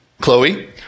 Chloe